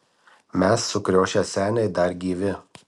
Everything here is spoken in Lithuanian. mes sukriošę seniai dar gyvi